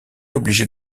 obligé